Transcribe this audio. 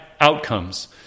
outcomes